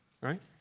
right